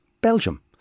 Belgium